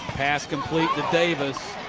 pass complete to davis.